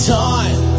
time